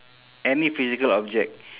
any physical object